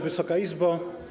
Wysoka Izbo!